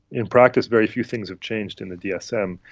in practice very few things have changed in the dsm.